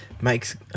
Makes